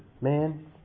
man